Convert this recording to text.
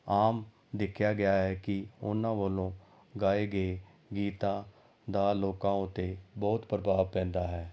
ਆਮ ਦੇਖਿਆ ਗਿਆ ਹੈ ਕਿ ਉਹਨਾਂ ਵੱਲੋਂ ਗਾਏ ਗਏ ਗੀਤਾਂ ਦਾ ਲੋਕਾਂ ਉੱਤੇ ਬਹੁਤ ਪ੍ਰਭਾਵ ਪੈਂਦਾ ਹੈ